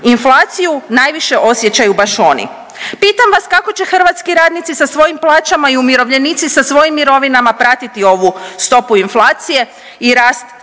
Inflaciju najviše osjećaju baš oni. Pitam vas, kako će hrvatski radnici sa svojim plaćama i umirovljenici sa svojim mirovinama pratiti ovu stopu inflacije i rast cijena